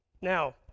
Now